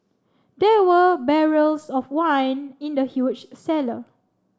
there were barrels of wine in the huge cellar